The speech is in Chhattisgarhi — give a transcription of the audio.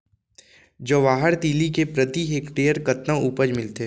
जवाहर तिलि के प्रति हेक्टेयर कतना उपज मिलथे?